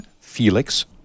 Felix